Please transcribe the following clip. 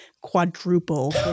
quadruple